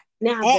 now